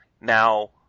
now